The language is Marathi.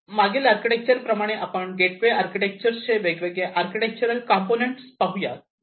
आता मागील आर्किटेक्चर प्रमाणे आपण गेटवे आर्किटेक्चर चे वेगवेगळे आर्किटेक्चरल कंपोनेंट्स पाहुयात